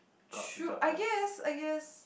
should I guess I guess